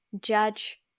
judge